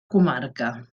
comarca